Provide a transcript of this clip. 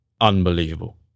unbelievable